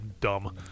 dumb